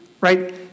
Right